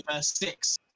six